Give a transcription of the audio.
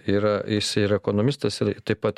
yra jis yra ekonomistas ir taip pat